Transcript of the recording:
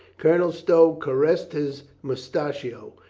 colonel stow caressed his moustachio.